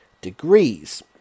Degrees